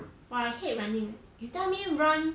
!wah! I hate running eh you tell me run